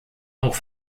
auch